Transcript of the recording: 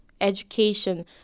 education